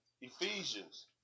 Ephesians